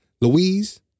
Louise